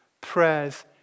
prayers